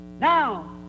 Now